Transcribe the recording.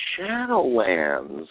shadowlands